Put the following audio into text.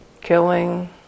killing